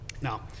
Now